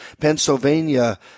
Pennsylvania